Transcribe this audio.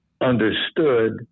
understood